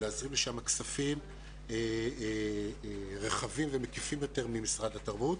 ולהזרים לשם כספים רחבים ומקיפים יותר ממשרד התרבות.